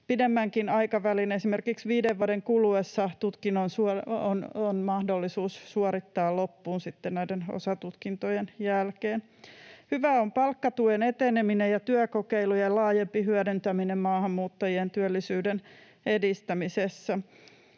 pidemmänkin aikavälin, esimerkiksi 5 vuoden, kuluessa tutkinto on mahdollista suorittaa loppuun sitten näiden osatutkintojen jälkeen. Hyvää on palkkatuen eteneminen ja työkokeilujen laajempi hyödyntäminen maahanmuuttajien työllisyyden edistämisessä.